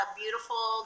beautiful